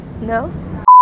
No